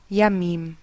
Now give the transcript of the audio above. Yamim